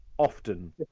often